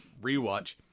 rewatch